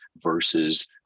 versus